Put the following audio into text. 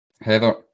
Heather